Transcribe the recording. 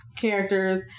Characters